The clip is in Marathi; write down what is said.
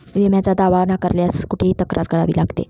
विम्याचा दावा नाकारल्यास कुठे तक्रार करावी लागेल?